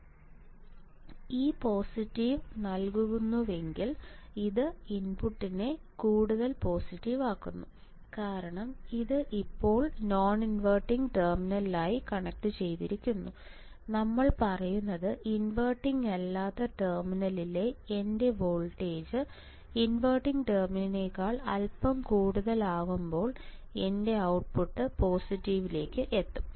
ഇത് പോസിറ്റീവ് നൽകുന്നുവെങ്കിൽ ഇത് ഇൻപുട്ടിനെ കൂടുതൽ പോസിറ്റീവാക്കുന്നു കാരണം ഇത് ഇപ്പോൾ നോൺ ഇൻവെർട്ടിംഗ് ടെർമിനലുമായി കണക്റ്റുചെയ്തിരിക്കുന്നു നമ്മൾ പറയുന്നത് ഇൻവെർട്ടിംഗ് അല്ലാത്ത ടെർമിനലിലെ എന്റെ വോൾട്ടേജ് ഇൻവെർട്ടിംഗ് ടെർമിനലിനേക്കാൾ അല്പം കൂടുതൽ ആകുമ്പോൾ എൻറെ ഔട്ട്പുട്ട് പോസിറ്റീവിലേക്ക് എത്തും